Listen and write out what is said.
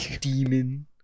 Demon